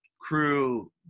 crew